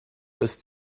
ist